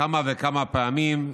כמה וכמה פעמים.